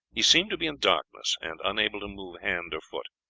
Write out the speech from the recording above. he seemed to be in darkness and unable to move hand or foot.